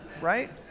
right